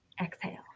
Exhale